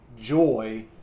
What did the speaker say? joy